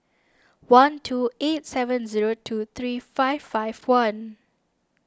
one two eight seven zero two three five five one